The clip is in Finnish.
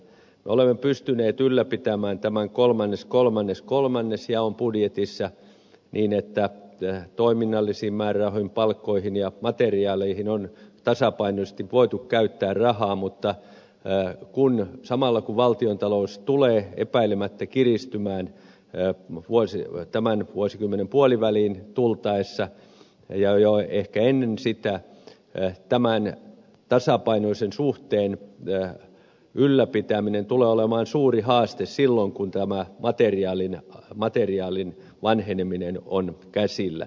me olemme pystyneet ylläpitämään tämän kolmannes kolmannes kolmannes ja se on budjetissa niin että toiminnallisiin määrärahoihin palkkoihin ja materiaaleihin on tasapainoisesti voitu käyttää rahaa mutta samalla kun valtiontalous tulee epäilemättä kiristymään tämän vuosikymmenen puoliväliin tultaessa ja jo ehkä ennen sitä tämän tasapainoisen suhteen ylläpitäminen tulee olemaan suuri haaste silloin kun tämä materiaalin vanheneminen on käsillä